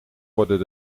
worden